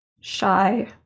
Shy